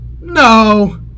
No